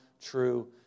true